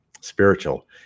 spiritual